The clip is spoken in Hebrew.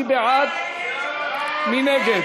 מי בעד, מי נגד?